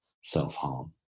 self-harm